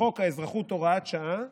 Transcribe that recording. חוק האזרחות, הוראת שעה,